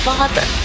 Father